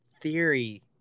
theory